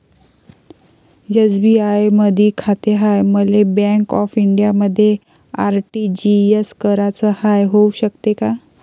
SBI मधी खाते हाय, मले बँक ऑफ इंडियामध्ये आर.टी.जी.एस कराच हाय, होऊ शकते का?